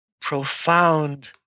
profound